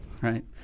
Right